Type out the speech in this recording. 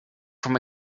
from